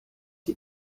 die